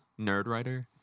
Nerdwriter